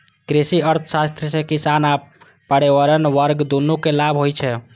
कृषि अर्थशास्त्र सं किसान आ व्यापारी वर्ग, दुनू कें लाभ होइ छै